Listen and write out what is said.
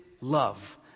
love